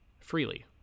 freely